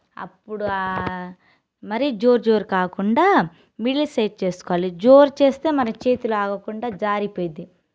అప్పుడు మరి జోర్జోర్ కాకుండా మిడిల్ సెట్ చేసుకోవాలి జోర్ చేస్తే మన చేతిలో ఆగకుండా జారిపోయిద్ది